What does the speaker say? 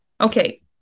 Okay